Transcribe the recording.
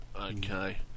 Okay